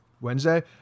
Wednesday